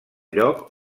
lloc